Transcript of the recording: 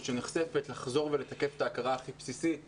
שנחשפת לחזור ולתקף את הכרה הכי בסיסית שנשים,